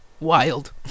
wild